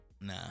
Nah